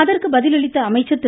அதற்கு பதில் அளித்த அமைச்சர் திரு